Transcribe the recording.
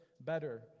better